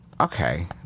Okay